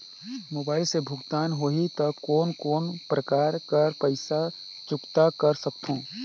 Mobile से भुगतान होहि त कोन कोन प्रकार कर पईसा चुकता कर सकथव?